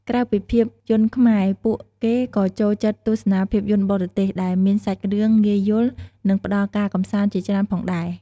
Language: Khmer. ក្រៅពីភាពយន្តខ្មែរ ពួកគេក៏ចូលចិត្តទស្សនាភាពយន្តបរទេស ដែលមានសាច់រឿងងាយយល់ និងផ្ដល់ការកម្សាន្តជាច្រើនផងដែរ។